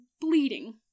bleeding